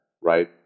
right